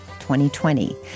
2020